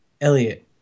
Elliot